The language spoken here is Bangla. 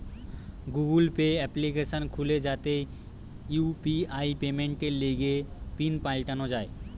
গুগল পে এপ্লিকেশন খুলে যাতে ইউ.পি.আই পেমেন্টের লিগে পিন পাল্টানো যায়